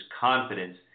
confidence